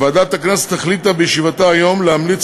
ועדת הכנסת החליטה בישיבתה היום להמליץ